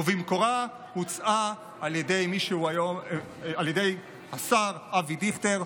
ובמקורה היא הוצעה על ידי השר אבי דיכטר.